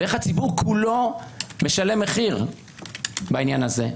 ואיך הציבור כולו משלם מחיר בעניין הזה.